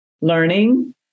Learning